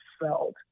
felt